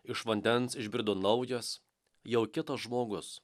iš vandens išbrido naujas jau kitas žmogus